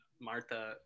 Martha